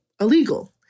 illegal